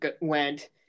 went